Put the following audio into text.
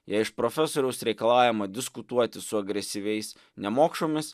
jei iš profesoriaus reikalaujama diskutuoti su agresyviais nemokšomis